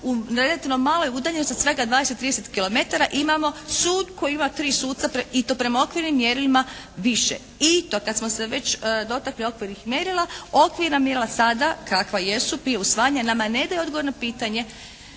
u relativno maloj udaljenosti od svega dvadeset, trideset kilometara imamo sud koji ima tri suca i to prema okvirnim mjerilima više. I to kad smo se već dotakli okvirnih mjerila okvirna mjerila sada kakva jesu prije usvajanja nama ne daje odgovor na pitanje